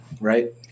right